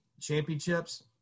championships